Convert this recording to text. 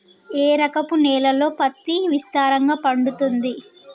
ఏ రకపు నేలల్లో పత్తి విస్తారంగా పండుతది?